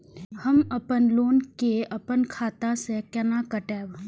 हम अपन लोन के अपन खाता से केना कटायब?